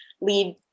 lead